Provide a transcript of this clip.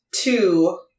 two